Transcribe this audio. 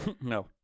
no